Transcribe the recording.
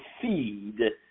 feed